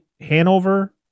Hanover